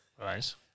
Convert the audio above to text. right